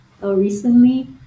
recently